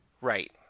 right